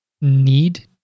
need